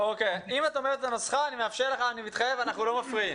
אם את אומרת את הנוסחה אז אני מתחייב שלא נפריע.